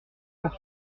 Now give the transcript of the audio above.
pour